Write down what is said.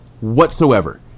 whatsoever